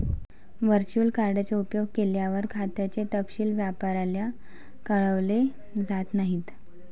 virtual card चा उपयोग केल्यावर, खात्याचे तपशील व्यापाऱ्याला कळवले जात नाहीत